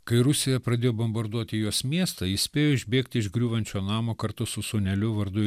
kai rusija pradėjo bombarduoti jos miestą ji spėjo išbėgti iš griūvančio namo kartu su sūneliu vardu